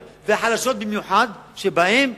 במיוחד החלשות שבהן,